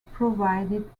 provided